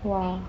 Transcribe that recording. !wah!